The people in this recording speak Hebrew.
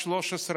כנראה,